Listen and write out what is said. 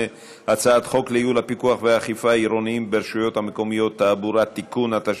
הצעת חוק איסור הלבנת הון (תיקון מס' 19),